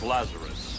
Lazarus